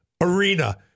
arena